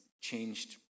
changed